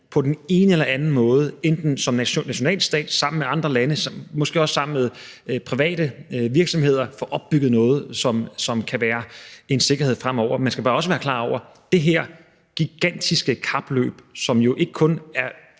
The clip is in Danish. på den ene eller den anden måde som nationalstat sammen med andre lande og måske også sammen med private virksomheder får opbygget noget, som kan være en sikkerhed fremover. Man skal bare også være klar over, at det her gigantiske kapløb, som ikke kun